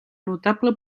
notable